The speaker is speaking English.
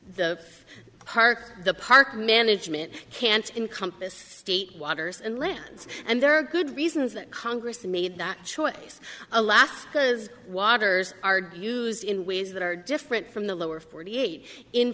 park the park management can't in compass state waters and lands and there are good reasons that congress made that choice alaska's waters are used in ways that are different from the lower forty eight in